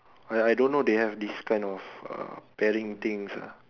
I I don't know they have this kind of uh pairings things ah